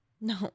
No